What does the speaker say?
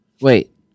Wait